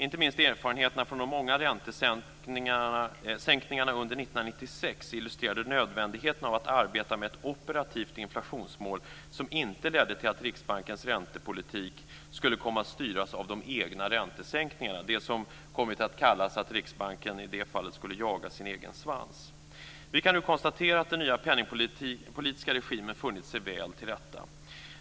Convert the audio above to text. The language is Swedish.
Inte minst erfarenheterna från de många räntesänkningarna under 1996 illustrerade nödvändigheten av att man arbetade med ett operativt inflationsmål som inte skulle leda till att Riksbankens räntepolitik skulle komma att styras av de egna räntesänkningarna, det som har kommit att kallas att Riksbanken jagar sin egen svans. Vi kan nu konstatera att den nya penningpolitiska regimen har funnit sig väl tillrätta.